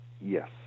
Yes